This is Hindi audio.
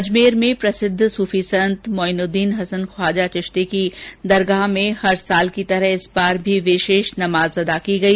अजमेर में प्रसिद्व सूफी संत ख्वाजा मोइनुद्दीन चिश्ती की दरगाह में हर वर्ष की तरह इस बार भी विशेष नमाज अदा की गई